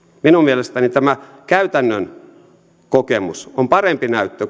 minun mielestäni tämä käytännön kokemus on parempi näyttö